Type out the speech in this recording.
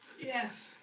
yes